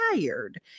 tired